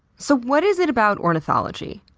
so what is it about ornithology?